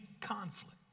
conflict